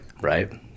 Right